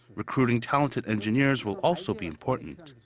recruiting talented engineers will also be important.